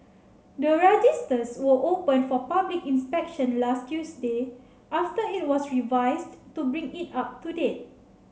the registers were opened for public inspection last Tuesday after it was revised to bring it up to date